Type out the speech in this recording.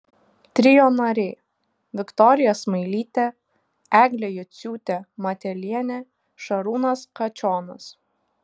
trio nariai viktorija smailytė eglė juciūtė matelienė šarūnas kačionas